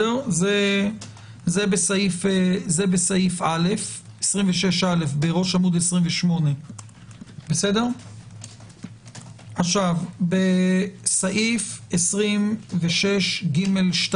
זה בסעיף 26א בראש עמ' 28. בסעיף 26ג2